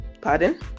pardon